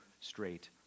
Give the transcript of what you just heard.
straight